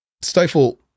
stifle